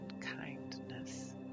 kindness